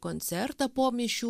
koncertą po mišių